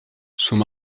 sont